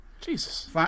jesus